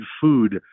food